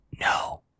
No